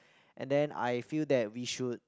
and then I feel that we should